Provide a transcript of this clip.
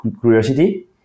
curiosity